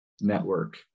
network